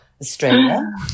Australia